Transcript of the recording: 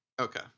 Okay